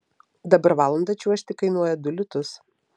dabar valandą čiuožti kainuoja du litus